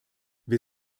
wir